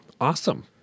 Awesome